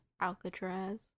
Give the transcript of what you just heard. Alcatraz